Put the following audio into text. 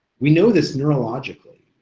we know this neurologically,